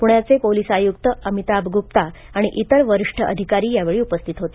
पूण्याचे पोलीस आयुक्त अमिताभ गुप्ता आणि इतर वरिष्ठ अधिकारी यावेळी उपस्थित होते